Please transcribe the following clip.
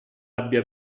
abbia